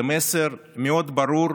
זה מסר מאוד ברור